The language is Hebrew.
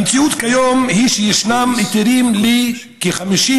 המציאות כיום היא שישנם היתרים לכ-50,000